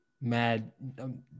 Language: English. Mad